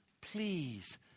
please